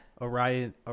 Orion